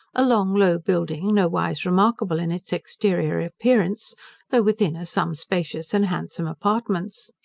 a long, low building, no wise remarkable in its exterior appearance though within are some spacious and handsome apartments.